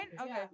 Okay